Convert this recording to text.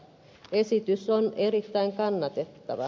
esitys on erittäin kannatettava